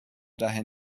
daher